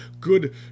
good